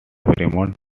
fremont